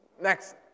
Next